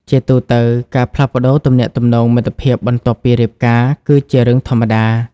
ជាទូទៅ ការផ្លាស់ប្តូរទំនាក់ទំនងមិត្តភាពបន្ទាប់ពីរៀបការ គឺជារឿងធម្មតា។